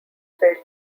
fail